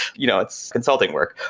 you know it's consulting work,